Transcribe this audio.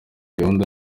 gahunda